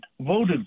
voted